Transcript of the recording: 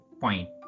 point